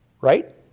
right